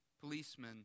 policemen